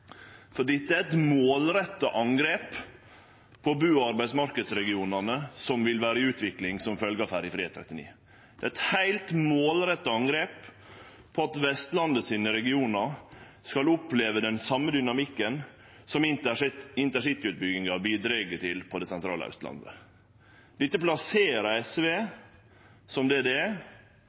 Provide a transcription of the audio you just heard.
Dette er eit målretta angrep på bu- og arbeidsmarknadsregionane som vil vere i utvikling som følgje av ferjefri E39. Det er eit heilt målretta angrep mot at regionane på Vestlandet skal oppleve den same dynamikken som intercityutbygginga bidreg til på det sentrale Austlandet. Dette plasserer SV som det det er: